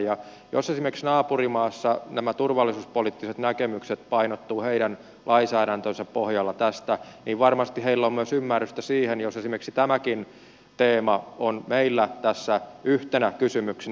jos esimerkiksi naapurimaassa nämä turvallisuuspoliittiset näkemykset painottuvat heidän lainsäädäntönsä pohjalta tässä niin varmasti heillä on myös ymmärrystä siihen jos esimerkiksi tämäkin teema on meillä yhtenä kysymyksenä